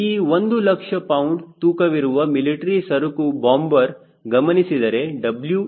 ಈ 1 ಲಕ್ಷ ಪೌಂಡ್ ತೂಕವಿರುವ ಮಿಲಿಟರಿ ಸರಕು ಬಾಂಬರ್ ಗಮನಿಸಿದರೆ WeW0 0